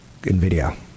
NVIDIA